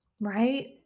Right